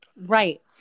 Right